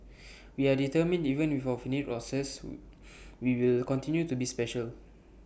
we are determined even with our finite resources we will continue to be special